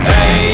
Hey